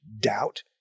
doubt